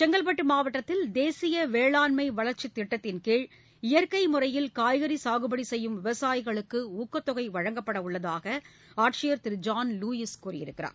செங்கல்பட்டு மாவட்டத்தில் தேசிய வேளாண்மை வளர்ச்சித் திட்டத்தின்கீழ் இயற்கை முறையில் காய்கறி சாகுபடி செய்யும் விவசாயிகளுக்கு ஊக்கத்தொகை வழங்கப்படவுள்ளதாக ஆட்சியர் திரு ஜான் லுாயிஸ் கூறியுள்ளார்